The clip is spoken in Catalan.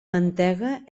mantega